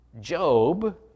Job